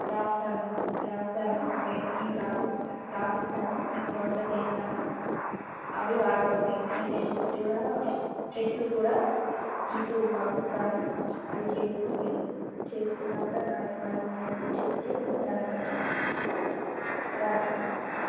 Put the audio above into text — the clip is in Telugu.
రాస్తాను రాస్తాను ఓకే నేను రాసి ఇచ్చిన రాసిస్తాను మీకు వాట్సాప్ చేస్తాను అవి వాడుకోండి నేను టెస్టులు కూడా టెస్టులు కూడా మీకు పంపిస్తాను అవి చేసుకోండి చేసుకున్నాక నా దగ మళ్ళీ నాకు చెప్తే దాన్ని బట్టి రాస్తాను